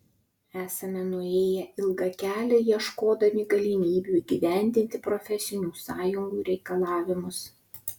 esame nuėję ilgą kelią ieškodami galimybių įgyvendinti profesinių sąjungų reikalavimus